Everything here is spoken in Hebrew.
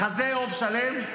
חזה עוף שלם?